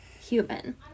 human